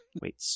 Wait